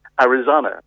Arizona